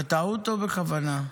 בטעות או בכוונה?